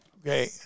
Okay